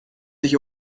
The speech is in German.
nicht